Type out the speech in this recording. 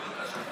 בבקשה.